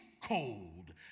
cold